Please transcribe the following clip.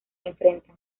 enfrentan